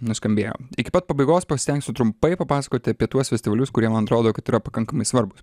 nuskambėjo iki pat pabaigos pasistengsiu trumpai papasakoti apie tuos festivalius kurie man atrodo kad yra pakankamai svarbūs